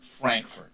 Frankfurt